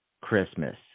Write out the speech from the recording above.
Christmas